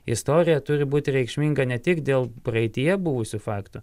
istorija turi būti reikšminga ne tik dėl praeityje buvusių faktų